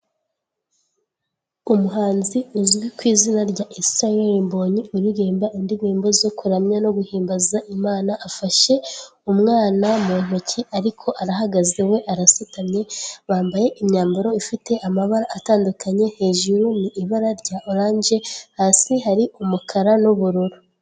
Umuhanzi uzwi ku izina rya Israel Mbonyi uririmba indirimbo zo kuramya no guhimbaza Imana, afashe umwana mu ntoki, ariko arahagaze we arasutamye, bambaye imyambaro ifite amabara atandukanye, hejuru ni ibara rya oranje, hasi hari umukara n'ubururu.